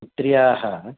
पुत्र्याः